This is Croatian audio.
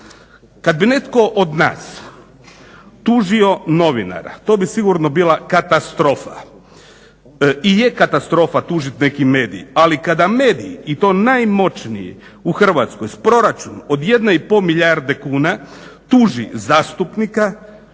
Kad bi netko od nas tužio novinara to bi sigurno bila katastrofa i je katastrofa tužit neki medij, ali kada medij i to najmoćniji u Hrvatskoj s proračunom od 1,5 milijarde kuna tuži zastupnika